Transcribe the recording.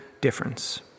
difference